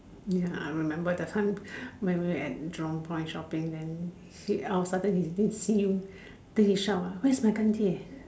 ya I remember that time when we at Jurong point shopping then I was started to see you then he shout ah where's my 干爹